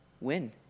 win